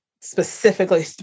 specifically